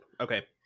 Okay